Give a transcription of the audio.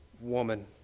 woman